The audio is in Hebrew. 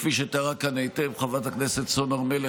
כפי שתיארה כאן היטב חברת הכנסת סון הר מלך,